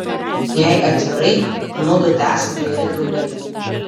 jei atvirai mudu tesam geri draugai